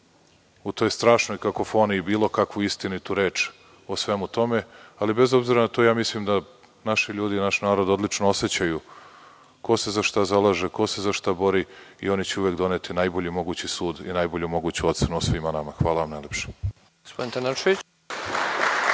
u toj strašnoj kakofoniji bilo kakvu istinitu reč o svemu tome. Ali, bez obzira na to, mislim da naši ljudi, naš narod, odlično osećaju ko se za šta zalaže, ko se za šta bori i oni će uvek doneti najbolji mogući sud, najbolju moguću ocenu o svima nama. Hvala vam najlepše.